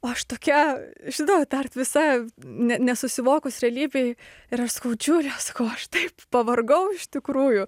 aš tokia žinot dar visa ne nesusivokus realybėj ir aš sakau džiulio aš sakau aš taip pavargau iš tikrųjų